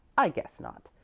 i guess not.